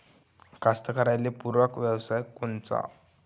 कास्तकाराइले पूरक व्यवसाय कोनचा?